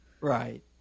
Right